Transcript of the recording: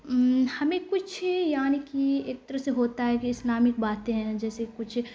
ہمیں کچھ یعنی کہ ایک طرح سے ہوتا ہے کہ اسلامک باتیں ہیں جیسے کچھ